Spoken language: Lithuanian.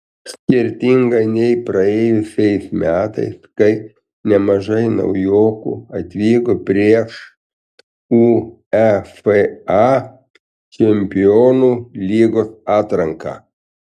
skirtingai nei praėjusiais metais kai nemažai naujokų atvyko prieš uefa čempionų lygos atranką